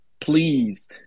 please